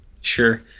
Sure